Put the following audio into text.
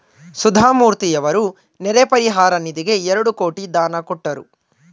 ಸುಧಾಮೂರ್ತಿಯವರು ನೆರೆ ಪರಿಹಾರ ನಿಧಿಗೆ ಎರಡು ಕೋಟಿ ದಾನ ಕೊಟ್ಟರು